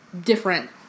different